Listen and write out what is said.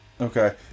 Okay